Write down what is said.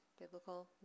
biblical